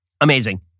Amazing